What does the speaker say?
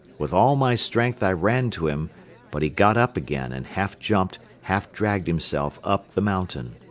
with all my strength i ran to him but he got up again and half jumped, half dragged himself up the mountain.